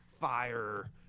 fire